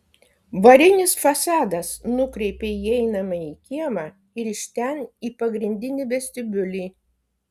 varinis fasadas nukreipia į įeinamąjį kiemą ir iš ten į pagrindinį vestibiulį